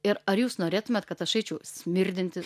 ir ar jūs norėtumėt kad aš eičiau smirdinti